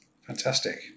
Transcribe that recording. Fantastic